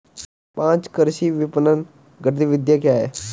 पाँच कृषि विपणन गतिविधियाँ क्या हैं?